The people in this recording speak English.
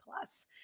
Plus